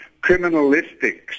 Criminalistics